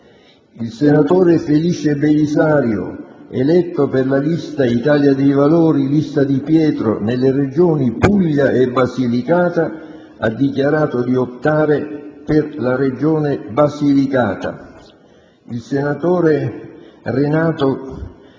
il senatore Felice Belisario, eletto per la lista «Italia dei valori-Lista Di Pietro» nelle Regioni Puglia e Basilicata, ha dichiarato di optare per la Regione Basilicata; il senatore Roberto